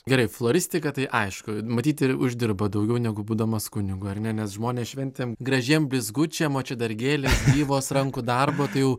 gerai floristika tai aišku matyt ir uždirbat daugiau negu būdamas kunigu ar ne nes žmonės šventėm gražiem blizgučiam o čia dar gėlės gyvos rankų darbo tai jau